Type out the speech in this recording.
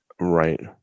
Right